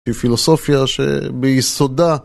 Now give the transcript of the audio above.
היא פילוסופיה שביסודה